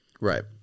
Right